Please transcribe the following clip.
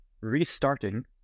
restarting